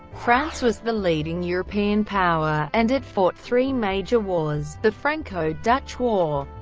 france was the leading european power, and it fought three major wars the franco-dutch war,